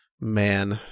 man